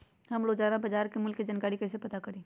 हम रोजाना बाजार मूल्य के जानकारी कईसे पता करी?